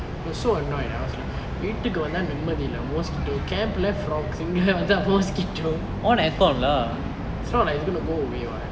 I was so annoyed I was like வீட்டுக்கு வந்தா நிம்மதி இல்ல:veetukku vanthaa nimmathi illa mosquito camp leh frogs இங்க வந்தா:ingge vanthaa mosquito it's not like it's going to go away [what]